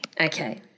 Okay